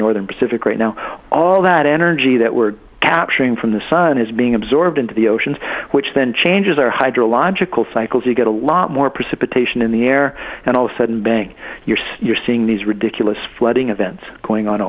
northern pacific right now all that energy that we're capturing from the sun is being absorbed into the oceans which then changes our hydrological cycle so you get a lot more precipitation in the air and all the sudden bang you're you're seeing these ridiculous flooding events going on